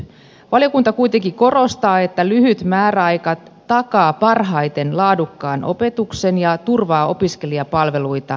valiokunta kuitenkin korostaa että lyhyt määräaika takaa parhaiten laadukkaan opetuksen ja turvaa opiskelijapalveluita